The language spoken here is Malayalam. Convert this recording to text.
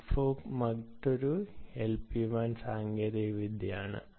സിഗ്ഫോക്സ് മറ്റൊരു LPWAN സാങ്കേതികവിദ്യയാണ്